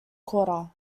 quarter